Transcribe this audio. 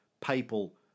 papal